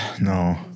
No